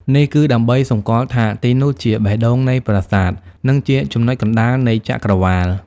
នេះគឺដើម្បីសម្គាល់ថាទីនោះជាបេះដូងនៃប្រាសាទ និងជាចំណុចកណ្ដាលនៃចក្រវាឡ។